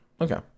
okay